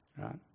right